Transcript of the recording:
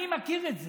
אני מכיר את זה.